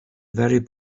very